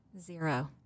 Zero